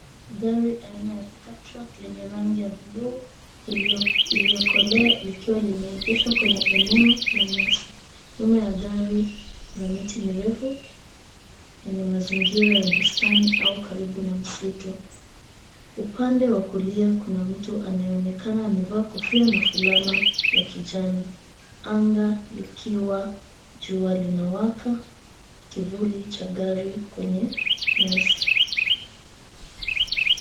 Gari aina ya pickup truck lenye rangi ya blue iliyokolea likiwa limeegeshwa kwenye eneo la nyasi. Nyuma ya gari kuna miti mirefu yenye mazingira ya bustani au karibu na msitu. Upande wa kulia kuna mtu anayeonekana amevaa kofia na fulana ya kijani, anga likiwa jua linawaka, kivuli cha gari kwenye nyasi.